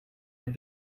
het